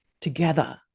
together